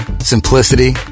simplicity